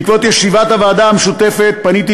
בעקבות ישיבת הוועדה המשותפת פניתי